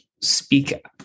speak